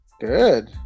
Good